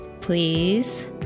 please